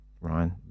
Ryan